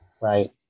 Right